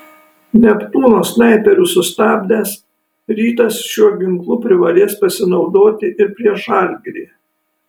neptūno snaiperius sustabdęs rytas šiuo ginklu privalės pasinaudoti ir prieš žalgirį